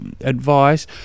advice